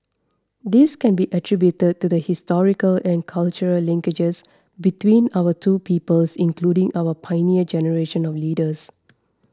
this can be attributed to the historical and cultural linkages between our two peoples including our Pioneer Generation of leaders